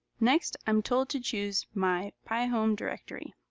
next, i'm told to choose my pi home directory.